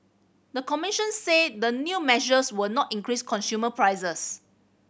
the commission said the new measures were not increase consumer prices